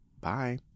Bye